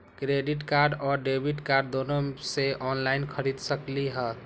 Credit card और debit card दोनों से ऑनलाइन खरीद सकली ह?